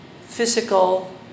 physical